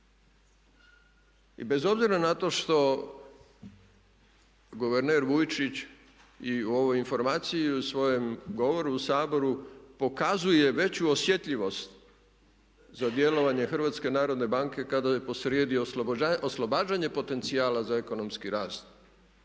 I bez obzira na to što guverner Vujčić i u ovoj informaciji i u svojem govoru u Saboru pokazuje veću osjetljivost za djelovanje HNB-a kada je posrijedi oslobađanje potencijala za ekonomski rast